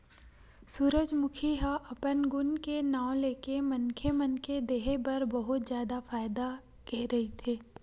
सूरजमूखी ह अपन गुन के नांव लेके मनखे मन के देहे बर बहुत जादा फायदा के रहिथे